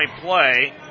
play